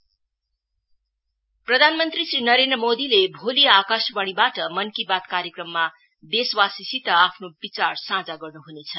मन की बात प्रधान मंत्री श्री नरेन्द्र मोदीले भोलि आकाशवाणीबाट मनकी बात कार्यक्रममा देशवासीसित आफ्नो विचार साझ गर्नु हुनेछ